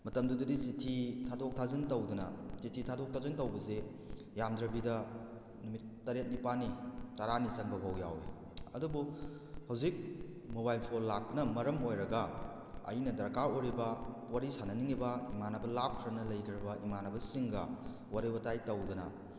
ꯃꯇꯝꯗꯨꯗꯗꯤ ꯆꯤꯊꯤ ꯊꯥꯗꯣꯛ ꯊꯥꯖꯤꯟ ꯇꯧꯗꯅ ꯆꯤꯊꯤ ꯊꯥꯗꯣꯛ ꯊꯥꯖꯤꯟ ꯇꯧꯕꯁꯦ ꯌꯥꯝꯗ꯭ꯔꯕꯤꯗ ꯅꯨꯃꯤꯠ ꯇꯔꯦꯠ ꯅꯤꯄꯥꯟꯅꯤ ꯇꯥꯔꯥꯅꯤ ꯆꯪꯕ ꯐꯥꯎ ꯌꯥꯎꯏ ꯑꯗꯨꯕꯨ ꯍꯧꯖꯤꯛ ꯃꯣꯕꯥꯏꯜ ꯐꯣꯜ ꯂꯥꯛꯄꯅ ꯃꯔꯝ ꯑꯣꯏꯔꯒ ꯑꯩꯅ ꯗꯔꯀꯥꯔ ꯑꯣꯏꯔꯤꯕ ꯋꯥꯔꯤ ꯁꯥꯟꯅꯅꯤꯡꯏꯕ ꯏꯃꯥꯅꯕ ꯂꯥꯞꯈ꯭ꯔꯅ ꯂꯩꯈ꯭ꯔꯕ ꯏꯃꯥꯅꯕꯁꯤꯡꯒ ꯋꯥꯔꯤ ꯋꯥꯇꯥꯏ ꯇꯧꯗꯅ